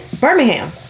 Birmingham